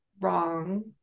wrong